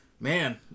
Man